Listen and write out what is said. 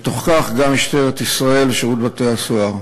בתוך כך גם במשטרת ישראל ובשירות בתי-הסוהר.